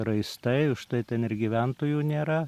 raistai užtai ten ir gyventojų nėra